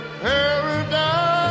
paradise